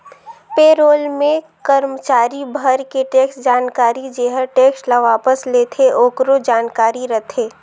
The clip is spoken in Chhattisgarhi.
पे रोल मे करमाचारी भर के टेक्स जानकारी जेहर टेक्स ल वापस लेथे आकरो जानकारी रथे